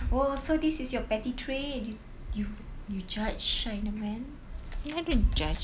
oh so this is your petty trait you you judge china men